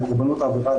לקורבנות העבירה,